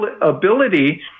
ability